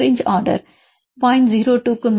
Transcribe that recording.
02 க்கு மேல்